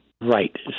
Right